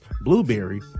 Blueberry